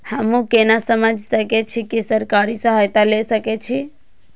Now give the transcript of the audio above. हमू केना समझ सके छी की सरकारी सहायता ले सके छी?